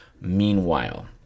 meanwhile